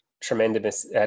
tremendous